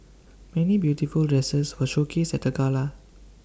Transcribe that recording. many beautiful dresses were showcased at the gala